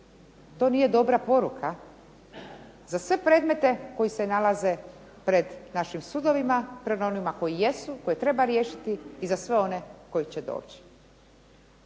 To nije dobra poruka za sve predmete koji se nalaze pred našim sudovima, prema onima koji jesu, koje treba riješiti i za sve one koji će doći.